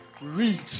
read